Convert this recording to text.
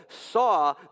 saw